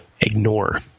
ignore